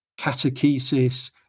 catechesis